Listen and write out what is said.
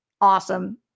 awesome